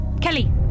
Kelly